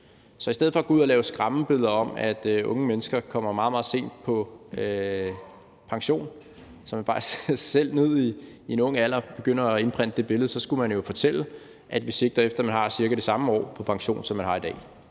Så i stedet for at gå ud og lave skræmmebilleder om, at unge mennesker kommer meget, meget sent på pension, så de selv nede i en ung alder begynder at indprente sig det billede, så skulle man jo fortælle, at vi sigter efter, at man har cirka det samme antal år på pension, som man har i dag.